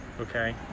Okay